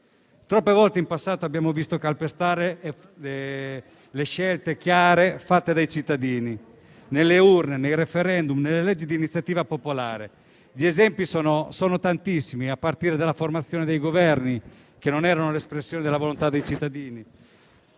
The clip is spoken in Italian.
Troppe volte in passato abbiamo visto calpestare le scelte chiare fatte dai cittadini nelle urne, nei *referendum* e con le leggi di iniziativa popolare. Gli esempi sono tantissimi, a partire dalla formazione dei Governi, che non erano l'espressione della volontà dei cittadini,